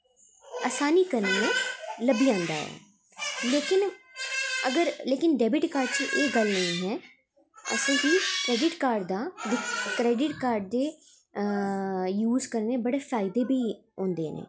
आसानी कन्नै लब्भी जंदा ऐ लेकिन अगर लेकिन डेबिट कार्ड च एह् गल्ल निं ऐ असेंगी क्रेडिट कार्ड दा क्रेडिट कार्ड दे यूस करने दे बड़े फायदे होंदे ऐं